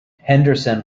henderson